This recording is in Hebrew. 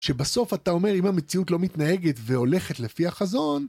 שבסוף אתה אומר, אם המציאות לא מתנהגת והולכת לפי החזון